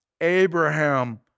Abraham